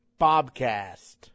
Bobcast